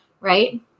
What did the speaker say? right